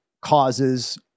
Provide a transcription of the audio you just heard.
causes